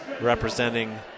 Representing